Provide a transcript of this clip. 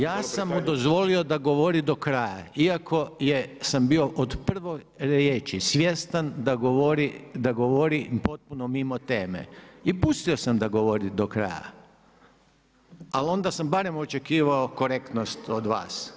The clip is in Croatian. Ja sam mu dozvolio da govori do kraja iako sam bio od prve riječi svjestan da govori potpuno mimo teme i pustio dam da govori do kraja, ali onda sam barem očekivao korektnost od vas.